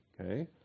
okay